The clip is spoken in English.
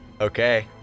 Okay